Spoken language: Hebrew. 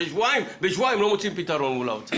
בשבועיים לא מוצאים פתרון מול האוצר.